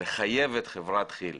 לחייב את חברת כי"ל